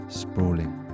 sprawling